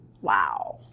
wow